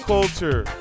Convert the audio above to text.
Culture